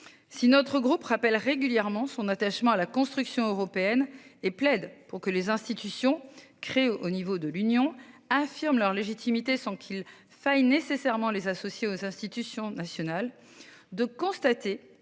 Si notre groupe rappelle régulièrement son attachement à la construction européenne et plaide pour que les institutions créées au niveau de l'Union affirment leur légitimité sans qu'il faille nécessairement les associer aux institutions nationales